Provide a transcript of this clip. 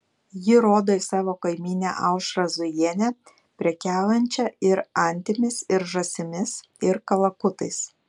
ji rodo į savo kaimynę aušrą zujienę prekiaujančią ir antimis ir žąsimis ir kalakutais